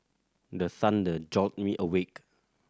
the thunder jolt me awake